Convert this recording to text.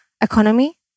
economy